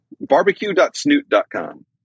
Barbecue.snoot.com